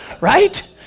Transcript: right